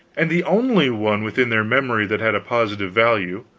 and the only one within their memory that had a positive value,